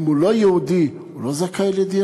או אם הוא לא יהודי, הוא לא זכאי לדירה?